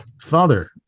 Father